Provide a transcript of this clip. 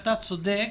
אתה צודק.